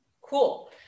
Cool